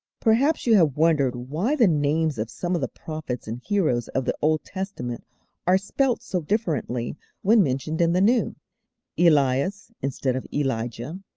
perhaps you have wondered why the names of some of the prophets and heroes of the old testament are spelt so differently when mentioned in the new elias instead of elijah,